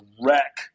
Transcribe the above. wreck